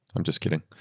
i'm just kidding.